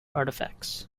artifacts